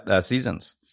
seasons